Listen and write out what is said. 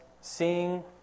seeing